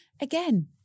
Again